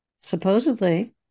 supposedly